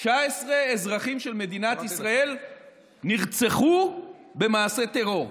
19 אזרחים של מדינת ישראל נרצחו במעשה טרור.